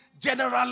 general